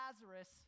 Lazarus